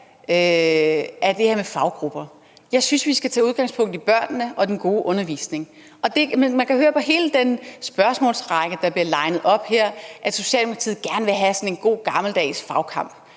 af det her med faggrupper. Jeg synes, vi skal tage udgangspunkt i børnene og den gode undervisning. Man kan høre på hele den spørgsmålsrække, der er blevet linet op her, at Socialdemokratiet gerne vil have sådan en god gammeldags fagkamp.